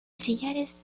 sillares